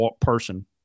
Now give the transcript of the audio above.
person –